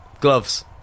Gloves